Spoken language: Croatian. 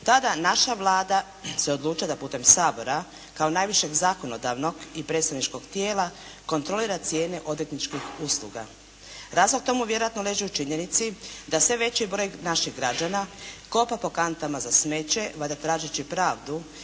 tada naša Vlada se odlučuje da putem Sabora kao najvišeg zakonodavnog i predstavničkog tijela kontrolira cijene odvjetničkih usluga. Razlog tomu vjerojatno leži u činjenici da sve veći broj naših građana kopa po kantama za smeće valjda tražeći pravcu